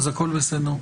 אז הכול בסדר.